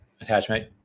attachment